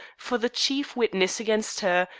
for the chief witness against her,